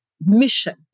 mission